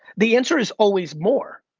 the answer is always more.